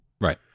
Right